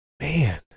Man